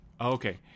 okay